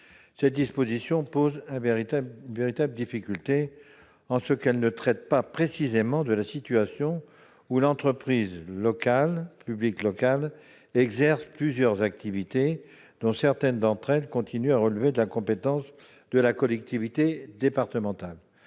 Cette disposition pose une véritable difficulté en ce qu'elle ne traite pas précisément de la situation d'une entreprise publique locale exerçant plusieurs activités dont certaines continuent de relever de la compétence de la collectivité départementale.